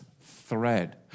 thread